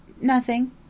Nothing